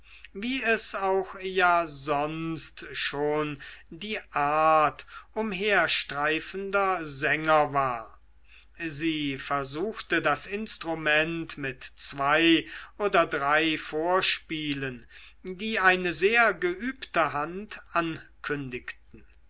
wie es auch ja sonst schon die art umherstreifender sänger war sie versuchte das instrument mit zwei oder drei vorspielen die eine sehr geübte hand ankündigten